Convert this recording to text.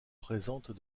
présentes